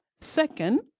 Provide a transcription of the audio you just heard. Second